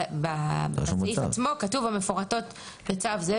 אבל בסעיף עצמו כתוב "המפורטות בצו זה",